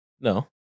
No